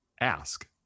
Ask